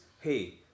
hey